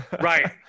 Right